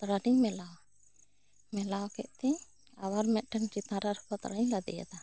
ᱯᱟᱛᱲᱟ ᱛᱤᱧ ᱢᱮᱞᱟᱣᱟ ᱢᱮᱞᱟᱣ ᱦᱚᱛᱮᱜ ᱛᱮ ᱟᱨ ᱢᱤᱫ ᱴᱮᱱ ᱪᱮᱛᱟᱱ ᱨᱤᱧ ᱯᱟᱛᱲᱟ ᱞᱟᱫᱮᱭᱟᱫᱟ